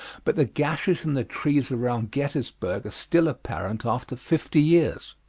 but the gashes in the trees around gettysburg are still apparent after fifty years.